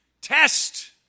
test